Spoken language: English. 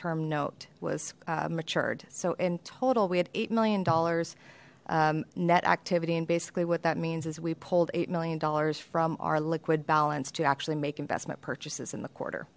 term note was matured so in total we had eight million dollars net activity and basically what that means is we pulled eight million dollars from our liquid balance to actually make investment purchases in the quarter